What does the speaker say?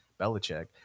Belichick